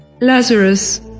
Lazarus